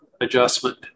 adjustment